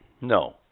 No